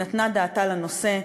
נתנה דעתה לנושא.